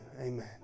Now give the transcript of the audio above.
Amen